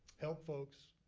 help folks